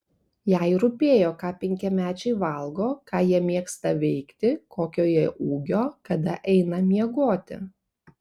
jai rūpėjo ką penkiamečiai valgo ką jie mėgsta veikti kokio jie ūgio kada eina miegoti